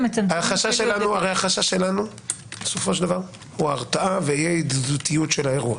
החשש שלנו הוא הרתעה ואי ידידותיות של האירוע.